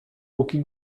póki